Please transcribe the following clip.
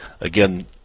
again